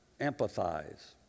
Empathize